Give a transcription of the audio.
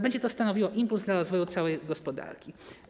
Będzie to stanowiło impuls dla rozwoju całej gospodarki.